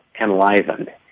enlivened